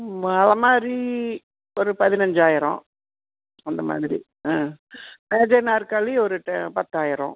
அலமாரி ஒரு பதினஞ்சாயிரம் அந்த மாதிரி ஆ மேஜை நாற்காலி ஒரு டெ பத்தாயிரம்